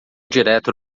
direto